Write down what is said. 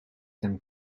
them